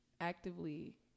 actively